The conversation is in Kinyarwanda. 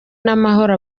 n’amahoro